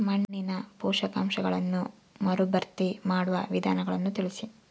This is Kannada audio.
ಮಣ್ಣಿನ ಪೋಷಕಾಂಶಗಳನ್ನು ಮರುಭರ್ತಿ ಮಾಡುವ ವಿಧಾನಗಳನ್ನು ತಿಳಿಸಿ?